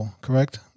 correct